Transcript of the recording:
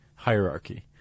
hierarchy